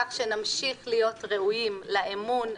כך שנמשיך להיות ראויים לאמון,